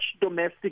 domestic